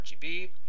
RGB